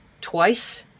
twice